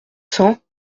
cents